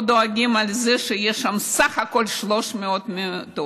לא דואגים מכך שיש שם בסך הכול 300 מיטות.